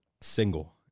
single